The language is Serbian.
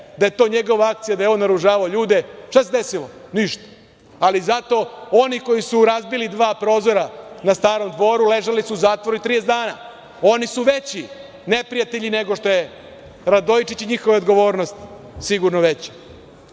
da je to njegova akcija, da je on naoružavao ljude. Šta se desilo? Ništa. Ali, zato oni koji su razbili dva prozora na Starom dvoru ležali su u zatvoru 30 dana. oni su veći neprijatelji nego što je Radojičić i njihova odgovornost sigurno